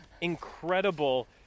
Incredible